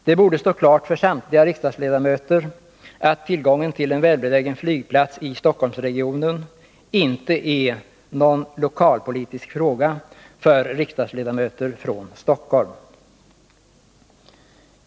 Det borde stå klart för samtliga riksdagsledamöter att tillgången till en välbelägen flygplats i Stockholmsregionen inte är någon lokalpolitisk fråga för riksdagsledamöter från Stockholm.